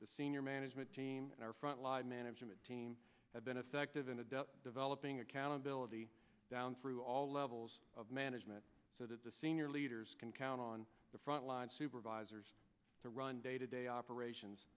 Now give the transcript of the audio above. the senior management team and our frontline management team have been effective in adept developing accountability down through all levels of management so that the senior leaders can count on the front line supervisors to run day to day operations